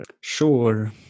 sure